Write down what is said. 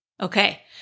Okay